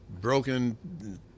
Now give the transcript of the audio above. broken